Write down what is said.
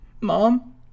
mom